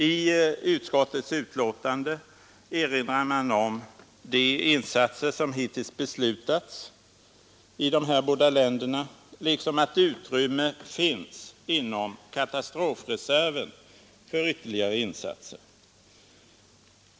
I utskottets betänkande erinrar man om de insatser i de här båda länderna som hittills beslutats liksom om att utrymme finns inom katastrofreserven för ytterligare insatser.